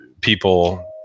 people